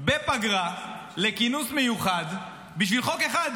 בפגרה לכינוס מיוחד בשביל חוק אחד.